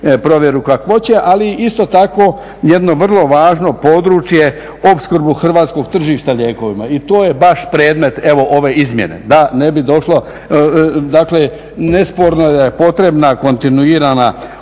provjeru kakvoće, ali isto tako jedno važno područje opskrbu hrvatskog tržišta lijekovima. I to je baš predmet evo ove izmjene da ne bi došlo, dakle nesporno je da je potrebna kontinuirana